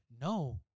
No